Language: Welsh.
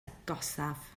agosaf